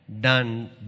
done